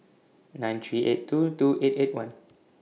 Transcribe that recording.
nine three eight two two eight eight one